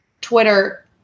Twitter